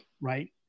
Right